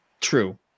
true